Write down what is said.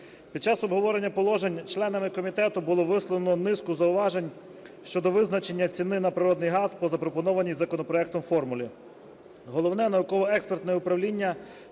Під час обговорення положень членами комітету було висловлено низку зауважень щодо визначення ціни на природний газ по запропонованій законопроектом формулі. Головне науково-експертне управління,